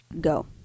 go